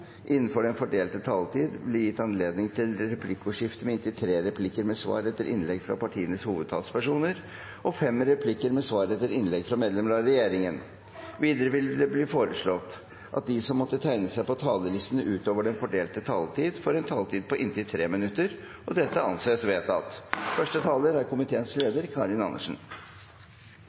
innenfor den fordelte taletid – blir gitt anledning til replikkordskifte på inntil tre replikker med svar etter innlegg fra partienes hovedtalspersoner og fem replikker med svar etter innlegg fra medlemmer av regjeringen. Videre blir det foreslått at de som måtte tegne seg på talerlisten utover den fordelte taletid, får en taletid på inntil 3 minutter. – Det anses vedtatt. Først vil jeg få takke komiteen og sekretariatet for godt samarbeid om denne innstillingen. For SV er